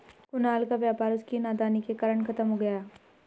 कुणाल का व्यापार उसकी नादानी के कारण खत्म हो गया